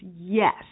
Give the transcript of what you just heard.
Yes